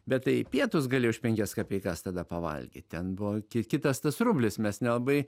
bet tai pietus galėjai už penkias kapeikas tada pavalgyt ten buvo kitas tas rublis mes nelabai